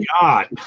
God